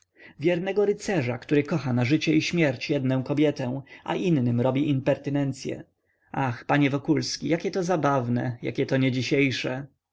wiernego rycerza który kocha na życie i śmierć jednę kobietę a innym robi impertynencye ach panie wokulski jakie to zabawne jakie to niedzisiejsze